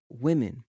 women